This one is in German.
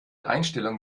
einstellung